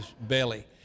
belly